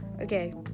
okay